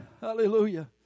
Hallelujah